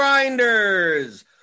Grinders